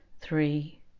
three